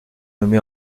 nommée